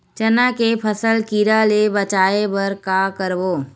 चना के फसल कीरा ले बचाय बर का करबो?